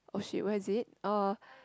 oh shit where is it uh